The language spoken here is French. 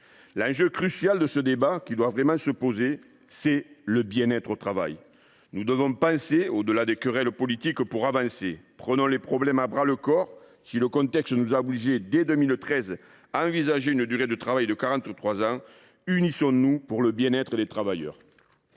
L’enjeu crucial qui devrait nous animer est celui du bien être au travail. Nous devons penser au delà des querelles politiques pour avancer. Prenons les problèmes à bras le corps. Si le contexte nous a obligés, dès 2013, à envisager une durée de travail de 43 ans, unissons nous pour le bien être des travailleurs